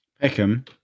Peckham